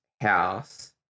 house